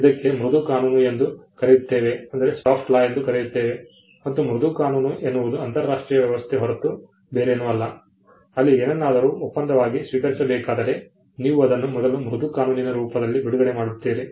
ಅದಕ್ಕೆ ಮೃದು ಕಾನೂನು ಎಂದು ಕರೆಯುತ್ತೇವೆ ಮತ್ತು ಮೃದು ಕಾನೂನು ಎನ್ನುವುದು ಅಂತರರಾಷ್ಟ್ರೀಯ ವ್ಯವಸ್ಥೆ ಹೊರತು ಬೇರೇನೂ ಅಲ್ಲ ಅಲ್ಲಿ ಏನನ್ನಾದರೂ ಒಪ್ಪಂದವಾಗಿ ಸ್ವೀಕರಿಸಬೇಕಾದರೆ ನೀವು ಅದನ್ನು ಮೊದಲು ಮೃದು ಕಾನೂನಿನ ರೂಪದಲ್ಲಿ ಬಿಡುಗಡೆ ಮಾಡುತ್ತೀರಿ